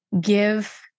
give